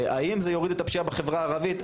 האם זה יוריד את הפשיעה בחברה הערבית?